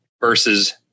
versus